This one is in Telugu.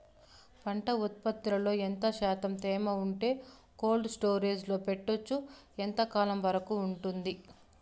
పంట ఉత్పత్తులలో ఎంత శాతం తేమ ఉంటే కోల్డ్ స్టోరేజ్ లో పెట్టొచ్చు? ఎంతకాలం వరకు ఉంటుంది